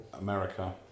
America